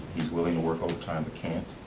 he's willing to work overtime, but can't.